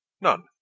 None